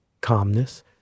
calmness